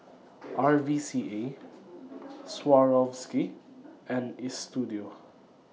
R V C A Swarovski and Istudio